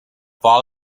fall